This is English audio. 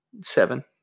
Seven